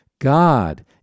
God